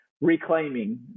reclaiming